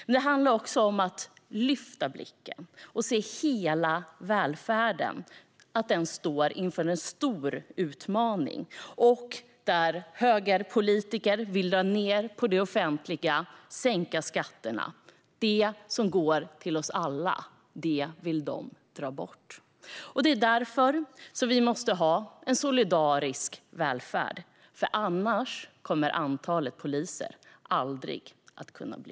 Men det handlar också om att lyfta blicken och se att hela välfärden står inför en stor utmaning där högerpolitiker vill dra ned på det offentliga och sänka skatterna. Det som går till oss alla - det vill de dra bort. Det är därför vi måste ha en solidarisk välfärd. Annars kommer antalet poliser aldrig att kunna öka.